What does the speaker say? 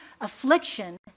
affliction